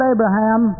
Abraham